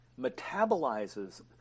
metabolizes